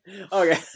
Okay